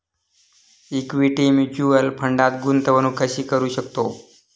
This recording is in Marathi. इक्विटी म्युच्युअल फंडात गुंतवणूक कशी करू शकतो?